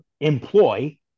employ